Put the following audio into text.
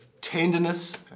Tenderness